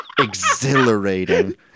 exhilarating